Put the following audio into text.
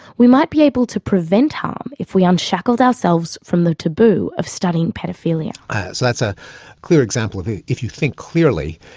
we might be able to prevent harm if we unshackled ourselves from the taboo of studying paedophilia. so that's a clear example of if if you think clearly,